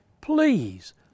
please